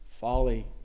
folly